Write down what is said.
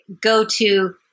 go-to